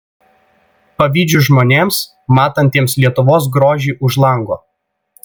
pavydžiu žmonėms matantiems lietuvos grožį už lango